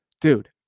Dude